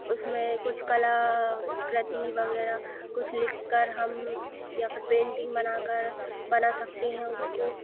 उसमें कुछ कलाकृति वगैरह कुछ लिखकर हम या फिर पेंटिंग बनाकर बना सकते हैं उसको